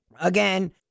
Again